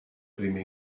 prime